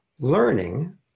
Learning